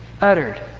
uttered